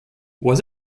was